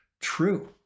true